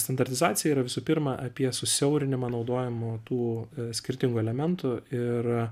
standartizacija yra visų pirma apie susiaurinimą naudojimo tų skirtingų elementų ir